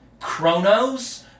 Chronos